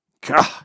God